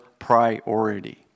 priority